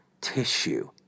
tissue